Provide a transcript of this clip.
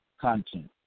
content